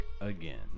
again